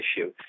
issue